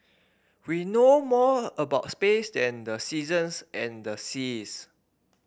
we know more about space than the seasons and the seas